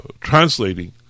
translating